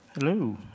Hello